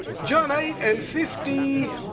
john eight and fifty